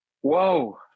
Whoa